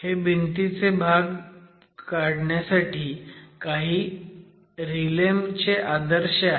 हे भिंतीचे भाग काढण्यासाठी काही RILEM चे आदर्श आहेत